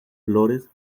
flores